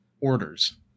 orders